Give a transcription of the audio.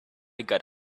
got